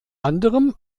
anderem